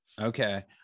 Okay